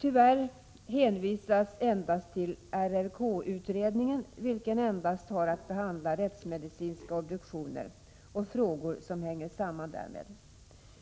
Tyvärr hänvisas endast till RRK-utredningen, vilken enbart har att behandla rättsmedicinska obduktioner och frågor som hänger samman därmed.